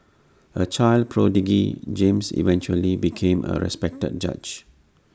A child prodigy James eventually became A respected judge